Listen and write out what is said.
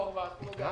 וג',